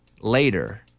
later